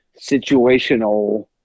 situational